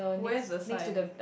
where's the sign